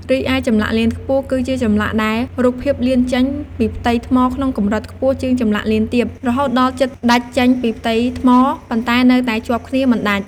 រីឯចម្លាក់លៀនខ្ពស់ គឺជាចម្លាក់ដែលរូបភាពលៀនចេញពីផ្ទៃថ្មក្នុងកម្រិតខ្ពស់ជាងចម្លាក់លៀនទាប រហូតដល់ជិតដាច់ចេញពីផ្ទៃថ្ម ប៉ុន្តែនៅតែជាប់គ្នាមិនដាច់។